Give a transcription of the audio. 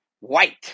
white